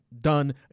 done